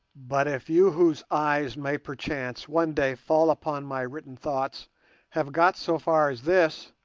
but if you whose eyes may perchance one day fall upon my written thoughts have got so far as this,